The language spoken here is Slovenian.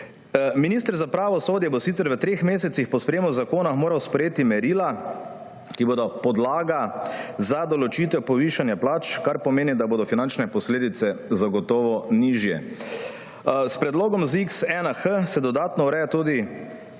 Minister za pravosodje bo sicer v treh mesecih po sprejetju zakona moral sprejeti merila, ki bodo podlaga za določitev povišanja plač, kar pomeni, da bodo finančne posledice zagotovo nižje. S predlogom ZIKS-1H se dodatno ureja tudi